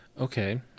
okay